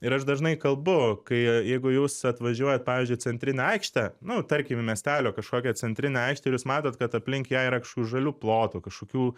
ir aš dažnai kalbu kai jeigu jūs atvažiuojat pavyzdžiui į centrinę aikštę nu tarkim į miestelio kažkokią centrinę aikštę ir jūs matot kad aplink ją yra kažkokių žalių plotų kažkokių